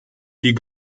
die